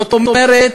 זאת אומרת,